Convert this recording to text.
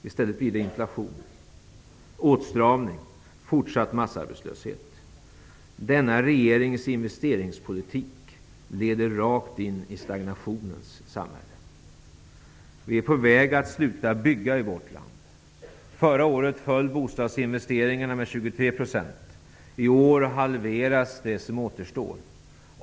I stället blir det inflation, åtstramning och fortsatt massarbetslöshet. Denna regerings investeringspolitik leder rakt in i stagnationens samhälle. Vi är på väg att sluta bygga i vårt land. Förra året föll bostadsinvesteringarna med 23 %. I år halveras det som återstår.